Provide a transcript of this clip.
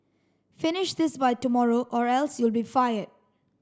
finish this by tomorrow or else you'll be fired